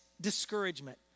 discouragement